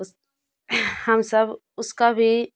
उस हम सब उसका भी